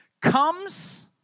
comes